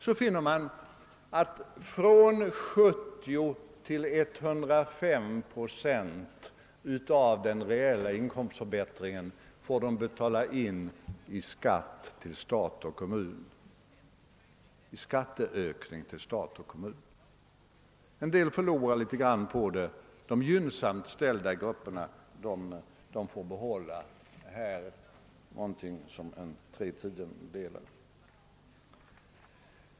Man finner då att flertalet heltidsarbetande får betala i skatteökning till stat och kommun från 70 procent till 105 procent av den >reella inkomstförbättringen>. En del förlorar litet grand på detta medan de gynnsamt ställda grupperna får behål la ungefär tre tiondelar.